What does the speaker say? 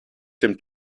dem